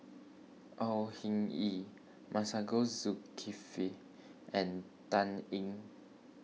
Au Hing Yee Masagos Zulkifli and Dan Ying